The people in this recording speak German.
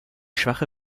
schwache